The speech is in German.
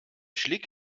schlick